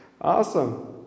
Awesome